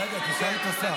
רגע, תשאל את השר.